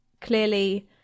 clearly